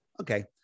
okay